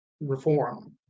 reform